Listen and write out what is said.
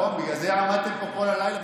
בגלל זה עמדתם פה כל הלילה,